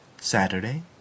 Saturday